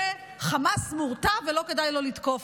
שחמאס מורתע ולא כדאי לו לתקוף,